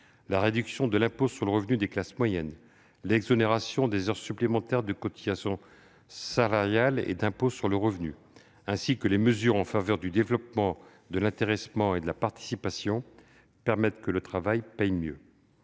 la réduction de l'impôt sur le revenu des classes moyennes, l'exonération des heures supplémentaires de cotisations salariales et d'impôt sur le revenu, ainsi que les mesures en faveur du développement de l'intéressement et de la participation permettent que le travail paye mieux.